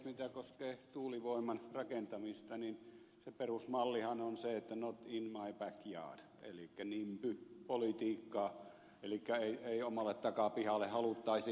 mikä koskee tuulivoiman rakentamista niin se perusmallihan on se not in my backyard elikkä nimby politiikkaa elikkä ei omalle takapihalle haluttaisi